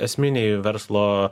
esminiai verslo